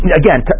again